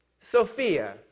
Sophia